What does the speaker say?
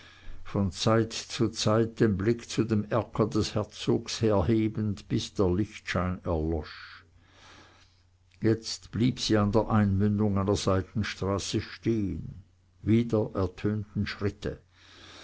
von zeit zu zeit den blick zu dem erker des herzogs erhebend bis der lichtschein erlosch jetzt blieb sie an der einmündung einer seitenstraße stehen wieder ertönten schritte